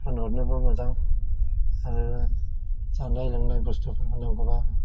फानहरनोबो मोजां आरो जानाय लोंनाय बस्थुफोरबो नांगौबा